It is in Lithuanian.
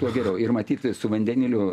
tuo geriau ir matyt su vandeniliu